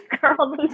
girl